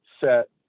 set